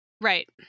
Right